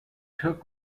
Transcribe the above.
took